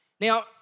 Now